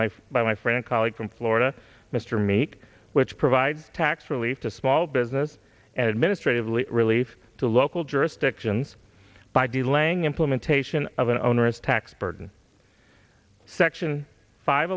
my by my friend colleague from florida mr meek which provide tax relief to small business and administratively relief to local jurisdictions by delaying implementation of an onerous tax burden section five